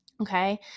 okay